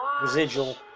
residual